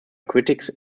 critics